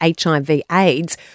HIV-AIDS